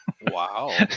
Wow